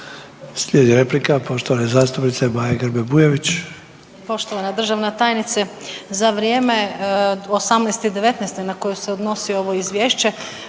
Slijedi replika poštovane zastupnice Maje Grbe Bujević.